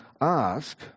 ask